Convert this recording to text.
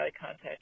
contact